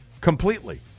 completely